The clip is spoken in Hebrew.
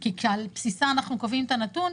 כי על בסיסה אנחנו קובעים את הנתון.